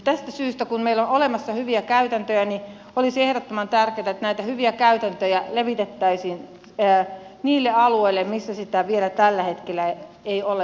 tästä syystä kun meillä on olemassa hyviä käytäntöjä olisi ehdottoman tärkeätä että näitä hyviä käytäntöjä levitettäisiin niille alueille missä niitä vielä tällä hetkellä ei ole